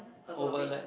above it